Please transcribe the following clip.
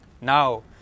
Now